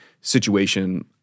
situation